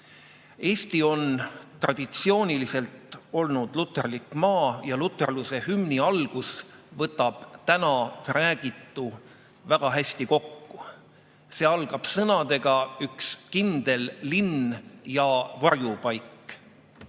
Eesti on traditsiooniliselt olnud luterlik maa ja luterluse hümni algus võtab täna räägitu väga hästi kokku. See algab sõnadega: "Üks kindel linn ja varjupaik".